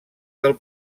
del